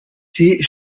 sie